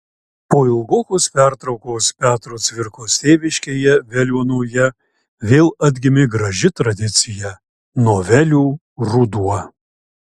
po ilgokos pertraukos petro cvirkos tėviškėje veliuonoje vėl atgimė graži tradicija novelių ruduo